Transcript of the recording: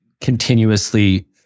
continuously